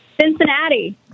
Cincinnati